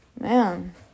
man